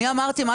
האם זה קריטריון?